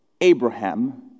Abraham